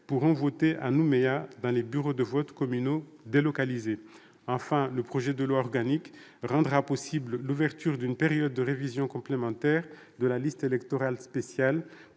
pourront voter à Nouméa dans des bureaux de vote communaux délocalisés. Enfin, il rendra possible l'ouverture d'une période de révision complémentaire de la liste électorale spéciale